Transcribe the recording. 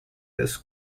this